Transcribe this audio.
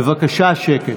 בבקשה שקט.